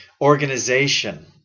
organization